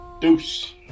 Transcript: Deuce